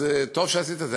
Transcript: אז טוב שעשית את זה.